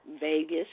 Vegas